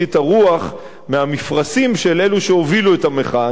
את הרוח מהמפרשים של אלו שהובילו את המחאה,